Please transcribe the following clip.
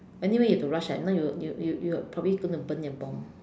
anyway you have to rush and now you you you probably gonna burn your bomb